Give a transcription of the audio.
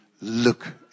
look